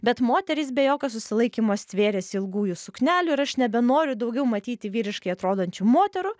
bet moterys be jokio susilaikymo stvėrėsi ilgųjų suknelių ir aš nebenoriu daugiau matyti vyriškai atrodančių moterų